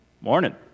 Morning